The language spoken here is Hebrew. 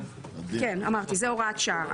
זאת הוראת השעה.